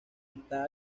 está